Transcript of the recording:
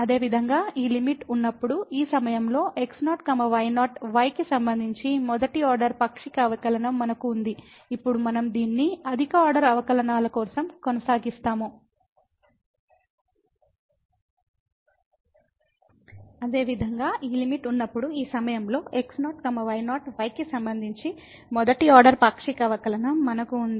అదేవిధంగా ఈ లిమిట్ కలిగివున్నప్పుడు ఈ బిందువు x0 y0 y కి సంబంధించి మొదటి ఆర్డర్ పాక్షిక అవకలనం మనకు ఉంది